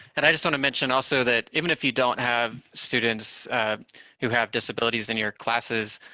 and i just want to mention also that even if you don't have students who have disabilities in your classes,